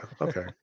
Okay